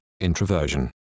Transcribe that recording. introversion